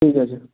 ঠিক আছে